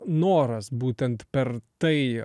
noras būtent per tai